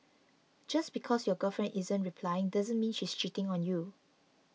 just because your girlfriend isn't replying doesn't mean she's cheating on you